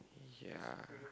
ya